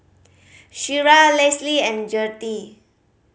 Shira Lesly and Gertie